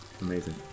Amazing